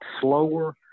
slower